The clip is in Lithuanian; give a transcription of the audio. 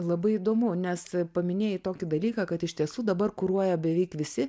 labai įdomu nes paminėjai tokį dalyką kad iš tiesų dabar kuruoja beveik visi